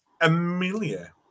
Amelia